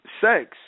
sex